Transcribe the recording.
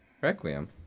Requiem